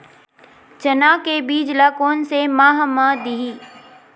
चना के बीज ल कोन से माह म दीही?